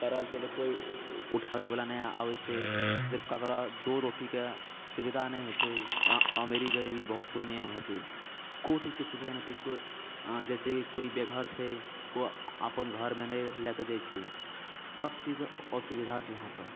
पड़ल छै तऽ कोइ उठाबै बला नइ आबै छै जे ककरा दू रोटीके सुविधा नहि होइत छै आ अमीरी गरीबी बहुत पूर्णियामे होइत छै कोइ चीजके सुविधा नहि छै अहाँ जैसे कि केओ बेघर छै केओ अपन घरमे नहि लए कऽ जाइत छै सभ चीज असुविधा छै इहाँ पर